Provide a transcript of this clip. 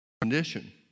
condition